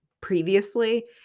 previously